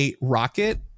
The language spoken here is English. rocket